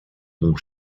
mont